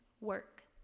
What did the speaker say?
work